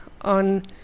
on